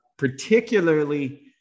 particularly